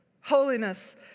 Holiness